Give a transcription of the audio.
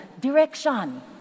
direction